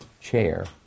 chair